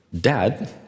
Dad